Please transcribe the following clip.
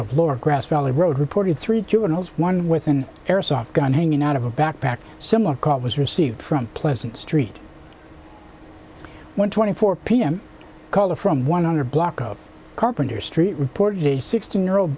lower grass valley road reported three juveniles one with an airsoft gun hanging out of a backpack similar call was received from pleasant street one twenty four p m caller from one hundred block of carpenter street reportedly sixteen year old